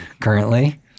currently